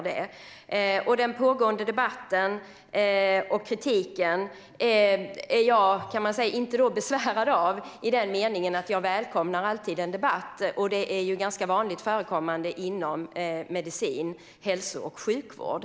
Den pågående debatten och kritiken är jag så att säga inte besvärad av i den meningen att jag alltid välkomnar en debatt. Det är ganska vanligt förekommande inom medicin och hälso och sjukvård.